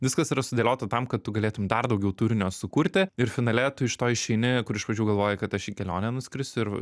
viskas yra sudėliota tam kad tu galėtum dar daugiau turinio sukurti ir finale tu iš to išeini kur iš pradžių galvojai kad aš į kelionę nuskrisiu ir